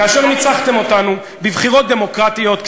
כאשר ניצחתם אותנו בבחירות דמוקרטיות,